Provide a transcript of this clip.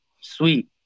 sweet